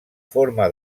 forma